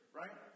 right